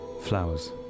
flowers